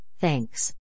thanks